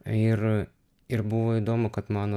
ir ir buvo įdomu kad mano